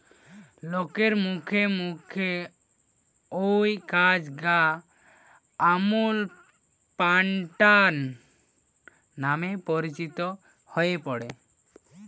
লোকের মুখে মুখে অউ কাজ গা আমূল প্যাটার্ন নামে পরিচিত হই পড়ে